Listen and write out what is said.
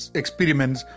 experiments